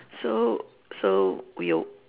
so so we'll